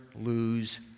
lose